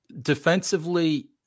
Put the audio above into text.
Defensively